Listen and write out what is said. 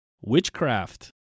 witchcraft